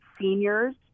seniors